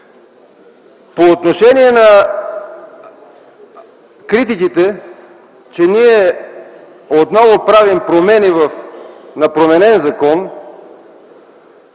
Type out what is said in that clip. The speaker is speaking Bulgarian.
По отношение на критиките, че ние отново правим промени на променен закон,